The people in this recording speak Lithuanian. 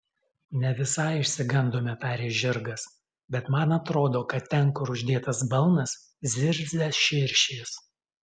ne visai išsigandome tarė žirgas bet man atrodo kad ten kur uždėtas balnas zirzia širšės